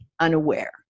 unaware